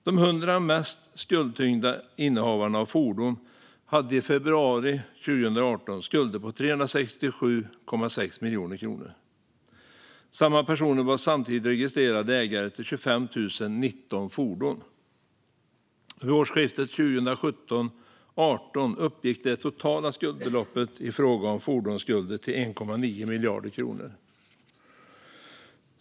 De 100 mest skuldtyngda innehavarna av fordon hade i februari 2018 skulder på 367,6 miljoner kronor. Samma personer var samtidigt registrerade ägare till 25 019 fordon. Vid årsskiftet 2017-2018 uppgick det totala skuldbeloppet i fråga om fordonsskulder till 1,9 miljarder kronor.